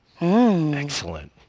Excellent